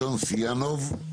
שון סיאונוב,